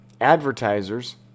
advertisers